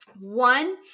One